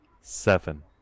Seven